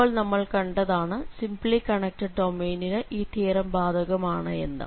ഇപ്പോൾ നമ്മൾ കണ്ടതാണ് സിംപിൾ കണക്ടഡ് ഡൊമെയ്നിന് ഈ തിയറം ബാധകമാണ് എന്ന്